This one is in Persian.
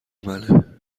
منه